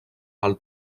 pel